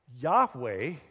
Yahweh